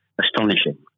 astonishing